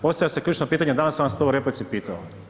Postavlja se ključno pitanje, danas sam vas to u replici pitao.